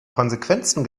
konsequenzen